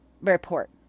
report